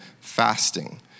fasting